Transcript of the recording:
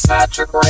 Patrick